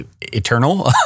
eternal